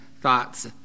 thoughts